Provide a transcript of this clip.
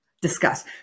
discuss